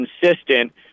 consistent